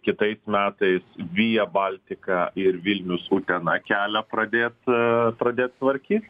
kitais metais via baltika ir vilnius utena kelią pradėt pradėt tvarky